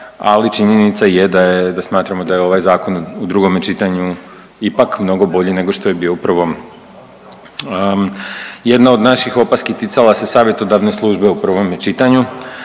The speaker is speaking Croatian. ali činjenica je da smatramo da je ovaj zakon u drugome čitanju ipak mnogo bolji nego što je bio u prvom. Jedna od naših opaski ticala se savjetodavne službe u prvome čitanju